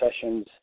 sessions